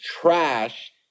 trash